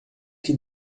que